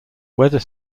whether